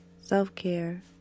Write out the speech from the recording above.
Self-Care